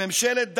לממשלת דם,